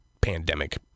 pandemic